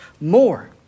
more